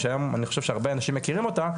שהיום אני חושב שהרבה אנשים מכירים אותה,